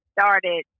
started